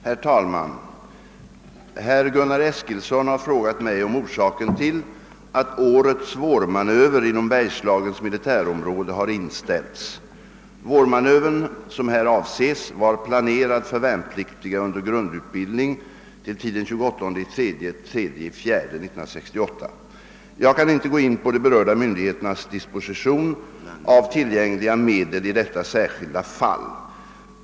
Herr talman! Herr Eskilsson har frå gat mig om orsaken till att årets vårmanöver inom Bergslagens militärområde har inställts. Vårmanövern, som här avses, var planerad för värnpliktiga under grundutbildning till tiden 28 4 1968. Jag kan inte gå in på de berörda myndigheternas disposition av tillgängliga medel i detta särskilda fall.